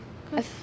actually